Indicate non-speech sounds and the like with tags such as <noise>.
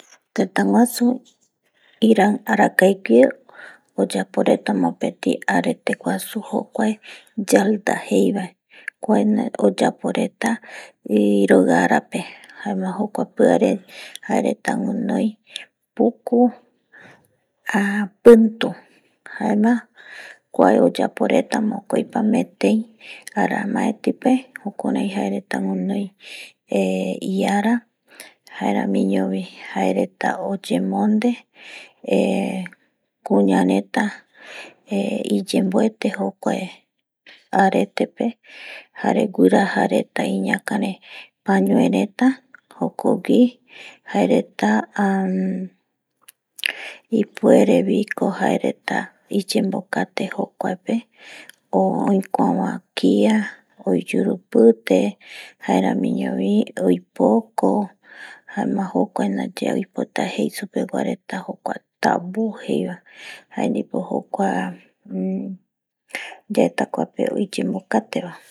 Tëtäguasu iran arakae guie oyapo reta mopeti arete guasu jokua yalda jeva kua naye oyapo reta iroi ara pe jaema jokua piarepe jae reta guinoi puku ara pintu kua oyapo reta mokoipa metei ara jaema jukurai jae reta guinoi eh iara jaeramiñovi jae reta oyeapo tenonde <hesitation> kuña reta iyenbuete jokuae aretepe jare guiraja reta iñakare pañoeleta jokogui jae reta ipuereviko jae reta iyembokate jokuaepe o oikuaba kia oyurupite jaeramiñovi oipoko jaema jokua ndaye oipota jei supegua reta jokuae tabu jeiva jae dipo jokua yaeta kuape iyenbokate vae